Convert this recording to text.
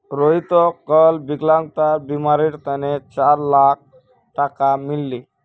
रोहितक कल विकलांगतार बीमार तने चार लाख टका मिल ले